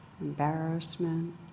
embarrassment